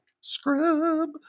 Scrub